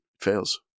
Fails